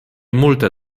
multe